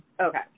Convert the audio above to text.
Okay